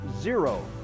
zero